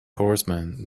horseman